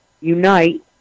unite